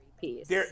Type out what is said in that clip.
piece